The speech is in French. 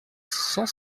cent